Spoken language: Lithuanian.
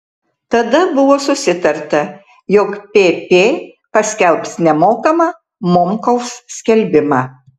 tada buvo susitarta jog pp paskelbs nemokamą momkaus skelbimą